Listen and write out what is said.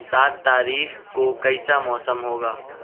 سات تاریخ کو کیسا موسم ہوگا